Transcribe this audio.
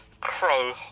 crow